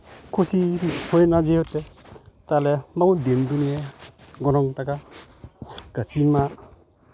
ᱠᱩᱥᱤ ᱦᱩᱭ ᱮᱱᱟ ᱡᱮᱦᱮᱛᱩ ᱛᱟᱦᱚᱞᱮ ᱢᱟᱵᱚᱱ ᱫᱤᱱ ᱜᱚᱱᱚᱝ ᱴᱟᱠᱟ ᱠᱟᱹᱥᱤ ᱢᱟ